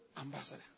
ambassador